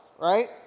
right